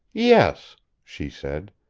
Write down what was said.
yes, she said.